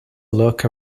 look